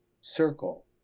circle